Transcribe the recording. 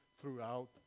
throughout